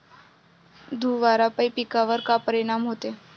धुवारापाई पिकावर का परीनाम होते?